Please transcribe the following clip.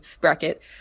bracket